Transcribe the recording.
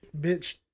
bitch